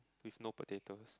with no potatoes